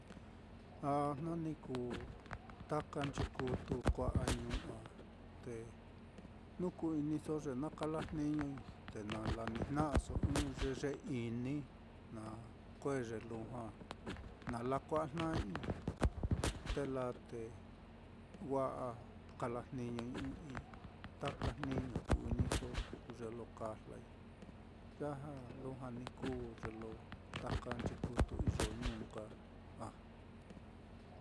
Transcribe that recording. A jna ni kuu taka nchikutu kua'a ñuu á, te jnu ku-iniso ye na kala jniñosoi, te na la nijna'asoi i'i ɨ́ɨ́n ye ye ini, na kue'e ye lujua na lakua'ajna'ai, te laa te wa'a kala jniñoi ɨ́ɨ́n ɨ́ɨ́n-i, taka jniño ku-iniso ye lo kajlaiya ja lujua ni kuu ye lo taka nchikutu iyo ñuu nka á.